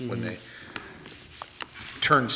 when they turn